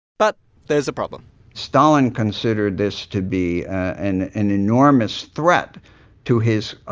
but there's a problem stalin considered this to be and an enormous threat to his